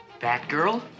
Batgirl